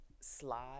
Slide